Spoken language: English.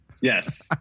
Yes